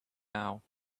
now